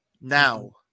Now